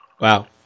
Wow